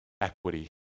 equity